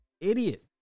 idiot